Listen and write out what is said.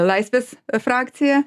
laisvės frakcija